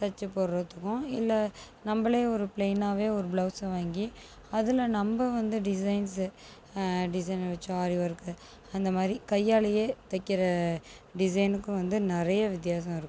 தைச்சி போடுகிறதுக்கும் இல்லை நம்மளே ஒரு பிளைனாவே ஒரு பிளவுஸ்ச வாங்கி அதில் நம்ம வந்து டிசைன்ஸ் டிசைன் வச்சு ஆரி ஒர்க் அந்தமாதிரி கையாலேயே தைக்கிற டிசைனுக்கு வந்து நிறைய வித்தியாசம் இருக்குது